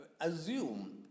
assume